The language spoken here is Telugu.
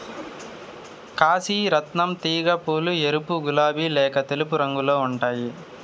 కాశీ రత్నం తీగ పూలు ఎరుపు, గులాబి లేక తెలుపు రంగులో ఉంటాయి